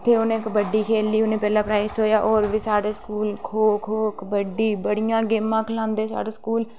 उत्थै उ'नें कबड्डी खेल्ली ते उ'नेंगी पैह्ला प्राईज़ थ्होआ होर बी साढ़े स्कूल खो खो कबड्डी बड़ियां गेमां खलांदे साढ़े स्कूल